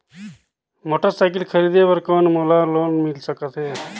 Motorcycle खरीदे बर कौन मोला लोन मिल सकथे?